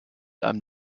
einem